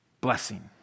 Blessing